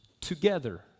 together